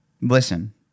Listen